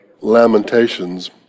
Lamentations